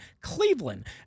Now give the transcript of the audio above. Cleveland